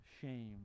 shame